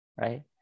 right